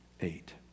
eight